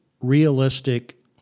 realistic